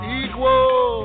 equal